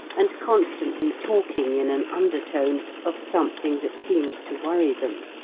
and constantly talking in an undertone of something that seemed to worry them.